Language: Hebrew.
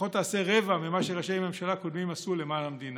לפחות תעשה רבע ממה שראשי ממשלה קודמים עשו למען המדינה.